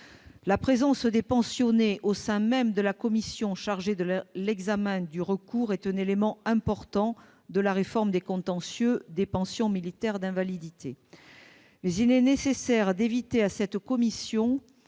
représentants des pensionnés au sein même de la commission chargée de l'examen du recours est un élément important de la réforme des contentieux des pensions militaires d'invalidité. Mais il est nécessaire d'éviter que cette commission